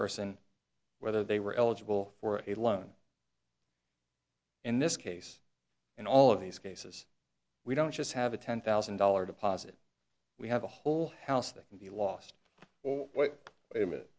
person whether they were eligible for a loan in this case and all of these cases we don't just have a ten thousand dollar deposit we have a whole house that can be lost or wait a minute